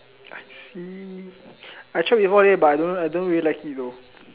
I see I check before already but I don't don't really like it though